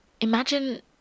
imagine